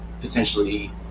potentially